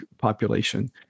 population